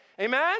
Amen